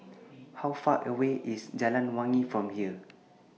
How Far away IS Jalan Wangi from here